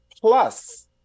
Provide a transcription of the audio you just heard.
plus